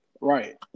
Right